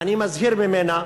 ואני מזהיר ממנה.